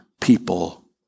people